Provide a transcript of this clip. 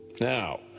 Now